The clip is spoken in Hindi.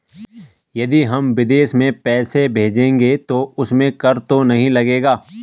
यदि हम विदेश में पैसे भेजेंगे तो उसमें कर तो नहीं लगेगा?